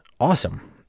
awesome